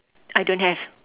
I don't have